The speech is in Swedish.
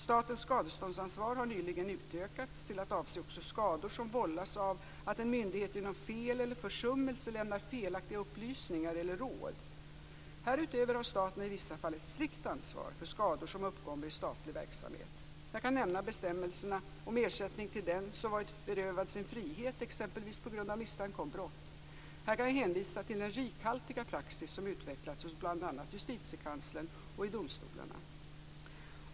Statens skadeståndsansvar har nyligen utökats till att avse också skador som vållas av att en myndighet genom fel eller försummelse lämnar felaktiga upplysningar eller råd. Härutöver har staten i vissa fall ett strikt ansvar för skador som uppkommer i statlig verksamhet. Jag kan nämna bestämmelserna om ersättning till den som varit berövad sin frihet exempelvis på grund av misstanke om brott. Här kan jag hänvisa till den rikhaltiga praxis som utvecklats hos bl.a. Justitiekanslern och i domstolarna.